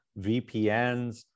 VPNs